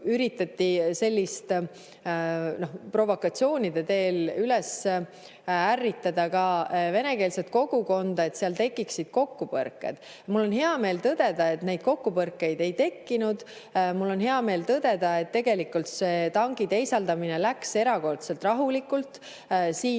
sellist, noh, provokatsioonide teel üles ärritada ka venekeelset kogukonda, et seal tekiksid kokkupõrked. Mul on hea meel tõdeda, et neid kokkupõrkeid ei tekkinud. Mul on hea meel tõdeda, et tegelikult see tanki teisaldamine läks erakordselt rahulikult. Siin